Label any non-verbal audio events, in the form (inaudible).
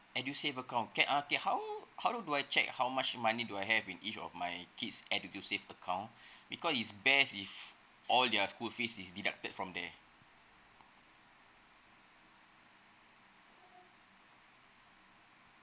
edusave account K uh K how how do I check how much many do I have in each of my kid's edusave account (breath) because is best if all their school fees is deducted from there